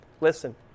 Listen